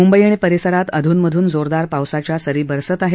मुंबई आणि परिसरात अधूनमधून जोरदार पावसाच्या सरी बरसत आहेत